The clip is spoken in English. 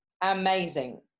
amazing